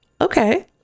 Okay